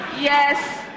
Yes